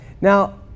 Now